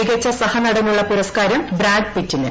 മികച്ച സഹനടനുള്ള പുരസ്ക്കാരം ബ്രാഡ് പിറ്റിന്